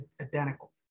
identical